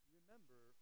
Remember